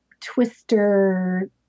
twister